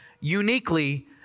uniquely